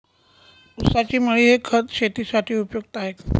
ऊसाची मळी हे खत शेतीसाठी उपयुक्त आहे का?